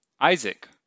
Isaac